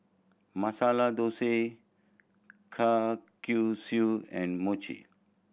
Masala Dosa Kalguksu and Mochi